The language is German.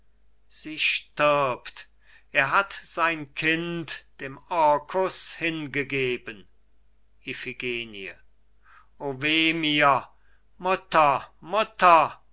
sie stirbt er hat sein kind dem orkus hingegeben iphigenie o weh mir mutter mutter